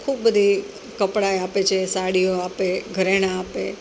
તો ખૂબ બધી કપડાંય આપે છે સાડીઓ આપે છે ઘરેણાં આપે